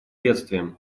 бедствием